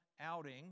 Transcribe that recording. outing